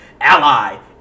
ally